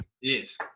Yes